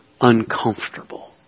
uncomfortable